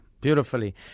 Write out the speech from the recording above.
Beautifully